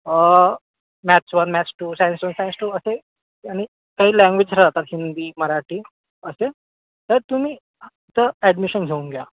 maths one maths two science one science two असे आणि काही लँग्वेज राहतात हिंदी मराठी असे तर तुम्ही तिथं ॲडमिशन घेऊन घ्या